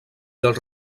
dels